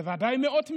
בוודאי מאות מיליונים,